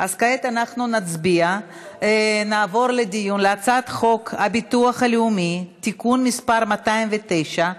כעת נעבור לדיון בהצעת חוק הביטוח הלאומי (תיקון מס' 209),